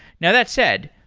now, that said,